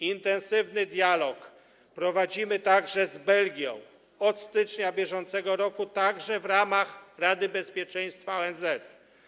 Intensywny dialog prowadzimy także z Belgią, od stycznia br. także w ramach Rady Bezpieczeństwa ONZ.